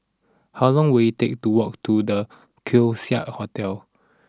how long will it take to walk to The Keong Saik Hotel